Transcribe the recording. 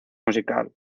musical